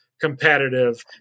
competitive